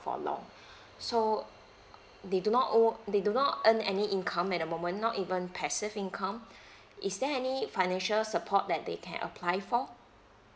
for long so they do not own they do not earn any income at the moment not even passive income is there any financial support that they can apply for